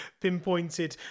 pinpointed